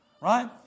Right